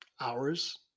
Hours